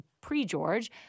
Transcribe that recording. pre-George